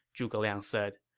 zhuge liang said.